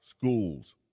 Schools